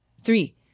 three